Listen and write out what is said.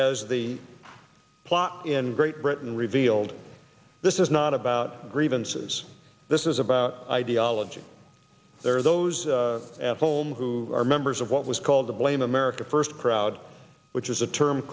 as the plot in great britain revealed this is not about grievances this is about ideology there are those at home who are members of what was called the blame america first crowd which is a term